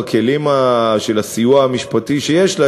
בכלים של הסיוע המשפטי שיש לה,